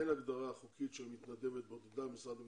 אין הגדרה חוקית של מתנדבת בודדה במשרד הביטחון,